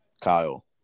Kyle